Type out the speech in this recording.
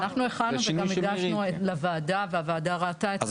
אנחנו הכנו וגם הגשנו לוועדה והוועדה ראתה את